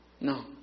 No